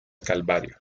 calvario